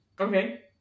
Okay